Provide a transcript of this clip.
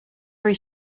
very